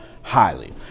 highly